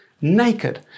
naked